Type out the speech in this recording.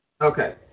okay